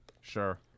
Sure